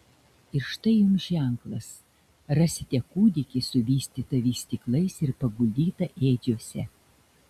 ir štai jums ženklas rasite kūdikį suvystytą vystyklais ir paguldytą ėdžiose